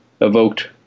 evoked